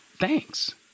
Thanks